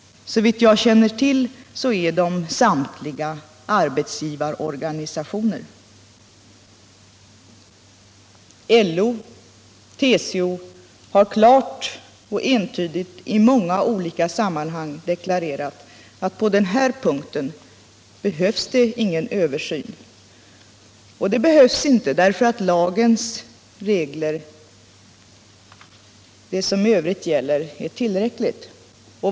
Såvitt jag känner till är samtliga arbetsgivarorganisationer. LO och TCO har i många olika sammanhang klart och entydigt deklarerat att det på denna punkt inte behövs någon översyn. Man anser att lagens regler och vad som i övrigt gäller är tillräckligt.